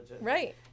right